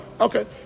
Okay